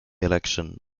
election